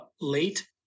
late